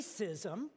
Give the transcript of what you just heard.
racism